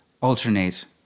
alternate